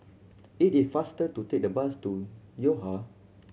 it is faster to take the bus to Yo Ha